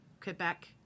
Quebec